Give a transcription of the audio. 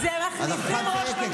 אז אחת צועקת,